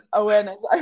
awareness